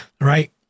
Right